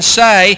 say